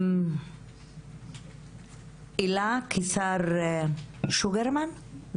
אילה קיסר שוגרמן?